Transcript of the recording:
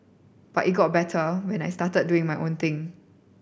but it got better when I started doing my own thing